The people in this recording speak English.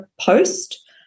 post